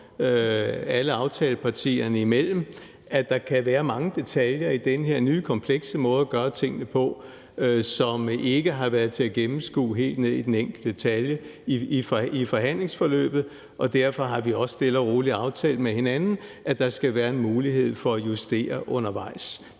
alle aftalepartierne imellem om, at der kan være mange detaljer i den her nye, komplekse måde at gøre tingene på, som ikke har været til at gennemskue helt ned i den enkelte detalje i forhandlingsforløbet, og derfor har vi også stille og roligt aftalt med hinanden, at der skal være en mulighed for at justere undervejs.